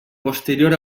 posterior